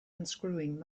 unscrewing